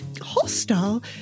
hostile